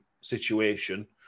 situation